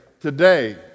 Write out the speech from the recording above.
today